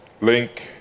link